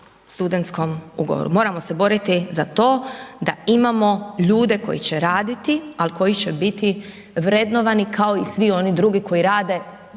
studentskom ugovoru, moramo se boriti za to da imamo ljude koji će raditi, al koji će biti vrednovani kao i svi oni drugi koji rade